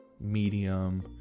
Medium